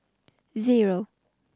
zero